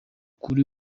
kuri